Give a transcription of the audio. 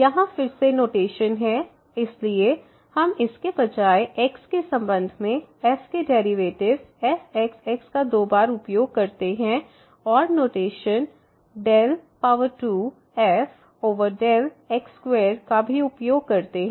यहाँ फिर से नोटेशन हैं इसलिए हम इसके बजाय x के संबंध में f के डेरिवेटिव्स fxx का दो बार उपयोग करते हैं और नोटेशन 2fx2 का भी उपयोग करते हैं